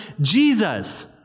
Jesus